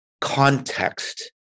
Context